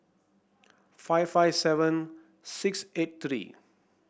five five seven six eight three